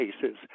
cases